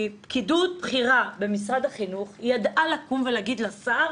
כי פקידות בכירה במשרד החינוך ידעה להגיד לשר